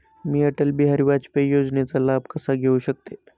मी अटल बिहारी वाजपेयी योजनेचा लाभ कसा घेऊ शकते?